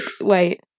Wait